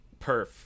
perf